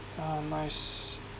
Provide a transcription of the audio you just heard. uh my s~